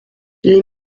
les